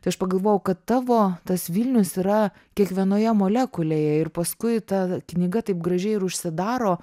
tai aš pagalvojau kad tavo tas vilnius yra kiekvienoje molekulėje ir paskui ta knyga taip gražiai ir užsidaro